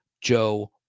Joe